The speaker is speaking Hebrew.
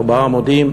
ארבעה עמודים.